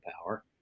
power